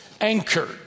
anchored